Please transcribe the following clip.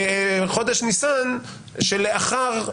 חודש ניסן שלאחר,